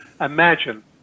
Imagine